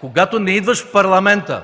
Когато не идваш в Парламента